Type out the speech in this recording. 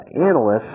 analysts